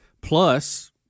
plus